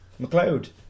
McLeod